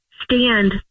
stand